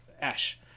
ash